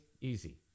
Easy